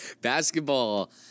Basketball